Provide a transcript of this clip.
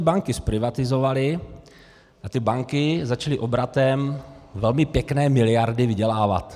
Banky jsme zprivatizovali a ty banky začaly obratem velmi pěkné miliardy vydělávat.